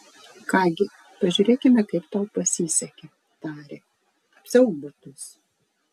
ką gi pažiūrėkime kaip tau pasisekė tarė apsiauk batus